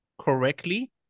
correctly